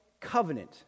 covenant